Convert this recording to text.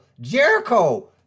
Jericho